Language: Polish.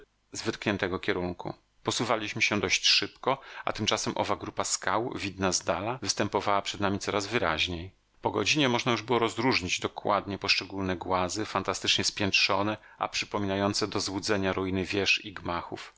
z wytkniętego kierunku posuwaliśmy się dość szybko a tymczasem owa grupa skał widna z dala występowała przed nami coraz wyraźniej po godzinie można już było rozróżnić dokładnie poszczególne głazy fantastycznie spiętrzone a przypominające do złudzenia ruiny wież i gmachów